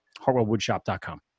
HartwellWoodshop.com